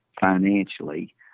financially